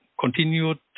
continued